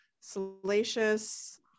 salacious